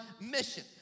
mission